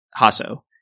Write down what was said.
Hasso